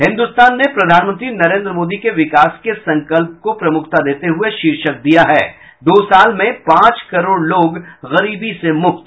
हिन्दुस्तान ने प्रधानमंत्री नरेंद्र मोदी के विकास के संकल्प को प्रमुखता देते हुये शीर्षक दिया है दो साल में पांच करोड़ लोग गरीबी से मुक्त